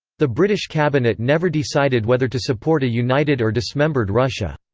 the british cabinet never decided whether to support a united or dismembered russia.